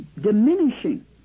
diminishing